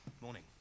Morning